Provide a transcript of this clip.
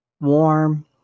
Warm